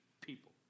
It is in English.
people